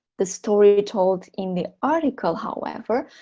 the story told in the article, however,